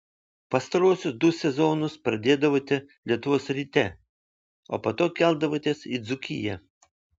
pastaruosius du sezonus pradėdavote lietuvos ryte o po to keldavotės į dzūkiją